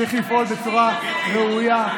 צריך לפעול בצורה ראויה.